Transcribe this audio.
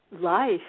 life